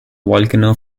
volcano